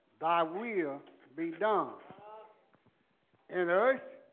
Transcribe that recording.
thy will be done in earth